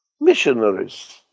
Missionaries